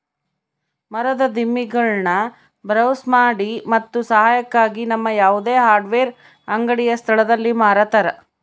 ಮರದ ದಿಮ್ಮಿಗುಳ್ನ ಬ್ರೌಸ್ ಮಾಡಿ ಮತ್ತು ಸಹಾಯಕ್ಕಾಗಿ ನಮ್ಮ ಯಾವುದೇ ಹಾರ್ಡ್ವೇರ್ ಅಂಗಡಿಯ ಸ್ಥಳದಲ್ಲಿ ಮಾರತರ